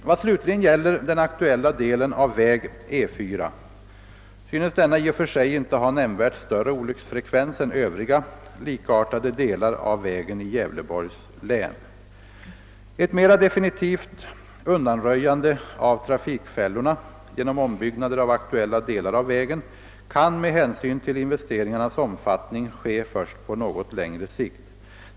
Vad slutligen gäller den aktuella de len av väg E 4 synes denna i och för sig inte ha nämnvärt större olycksfrekvens än Övriga likartade delar av vägen i Gävleborgs län. Ett mera definitivt undanröjande av trafikfällorna — genom ombyggnader av aktuella delar av vägen — kan med hänsyn till investeringarnas omfattning ske först på något längre sikt.